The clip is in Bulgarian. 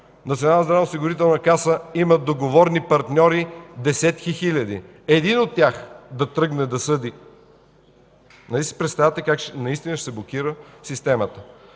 Националната здравноосигурителна каса има договорни партньори – десетки хиляди. Един от тях да тръгне да съди, нали си представяте как наистина ще се блокира системата?!